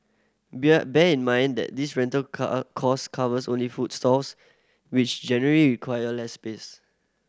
bear band in mind that this rental cost covers only food stalls which generally require less space